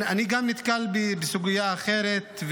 אני גם נתקל בסוגיה אחרת,